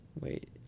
Wait